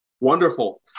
wonderful